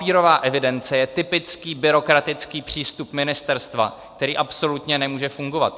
Ta papírová evidence je typický byrokratický přístup Ministerstva, který absolutně nemůže fungovat.